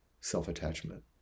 self-attachment